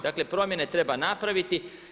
Dakle, promjene treba napraviti.